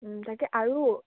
তাকে আৰু